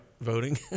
voting